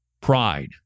pride